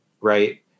Right